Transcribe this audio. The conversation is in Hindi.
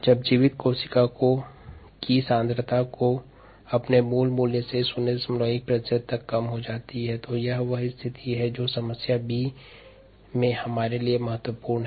t2303kdxv0xv जब जीवित कोशिका सांद्रता अपने मूल मान के 01 प्रतिशत् तक कम हो जाती है तो यह वह स्थिति है जो समस्या b में हमारे लिए महत्वपूर्ण है